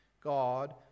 God